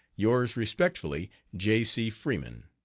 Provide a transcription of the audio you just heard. yours respectfully, j. c. freeman.